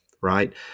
right